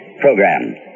program